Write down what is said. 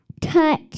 touch